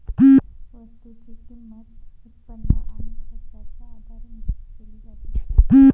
वस्तूची किंमत, उत्पन्न आणि खर्चाच्या आधारे निश्चित केली जाते